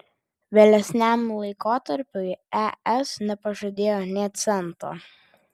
vėlesniam laikotarpiui es nepažadėjo nė cento